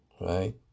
right